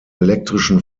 elektrischen